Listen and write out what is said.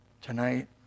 tonight